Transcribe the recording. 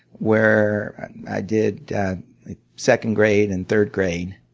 where i did second grade and third grade.